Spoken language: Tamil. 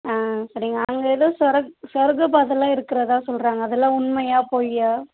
ஆ சரிங்க அங்கே ஏதோ சுரங் சுரங்க பாதைல்லாம் இருக்கிறதா சொல்கிறாங்க அதெல்லாம் உண்மையா பொய்யா